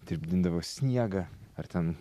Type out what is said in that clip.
tirpdindavo sniegą ar ten